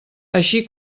així